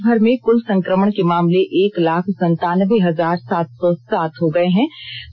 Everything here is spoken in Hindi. इधर देषभर में कुल संकमण के मामले एक लाख संतानबे हजार सात सौ सात हो गये हैं